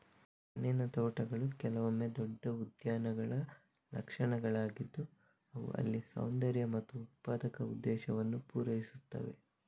ಹಣ್ಣಿನ ತೋಟಗಳು ಕೆಲವೊಮ್ಮೆ ದೊಡ್ಡ ಉದ್ಯಾನಗಳ ಲಕ್ಷಣಗಳಾಗಿದ್ದು ಅವು ಅಲ್ಲಿ ಸೌಂದರ್ಯ ಮತ್ತು ಉತ್ಪಾದಕ ಉದ್ದೇಶವನ್ನು ಪೂರೈಸುತ್ತವೆ